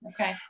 Okay